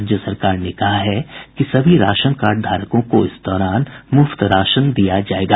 राज्य सरकार ने कहा है कि सभी राशन कार्डधारकों को इस दौरान मुफ्त राशन दिया जायेगा